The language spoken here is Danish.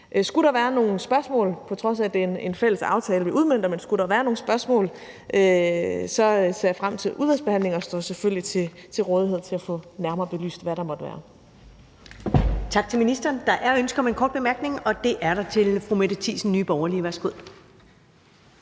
udmønter, være nogle spørgsmål, så ser jeg frem til udvalgsbehandlingen og står selvfølgelig til rådighed for nærmere at få belyst, hvad der måtte være